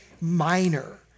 minor